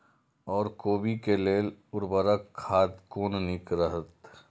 ओर कोबी के लेल उर्वरक खाद कोन नीक रहैत?